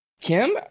Kim